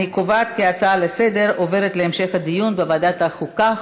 אני קובעת כי ההצעה לסדר-היום עוברת להמשך הדיון בוועדת החוקה,